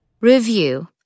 Review